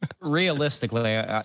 realistically